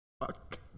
Fuck